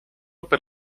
per